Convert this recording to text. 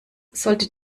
sollte